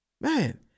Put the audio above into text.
Man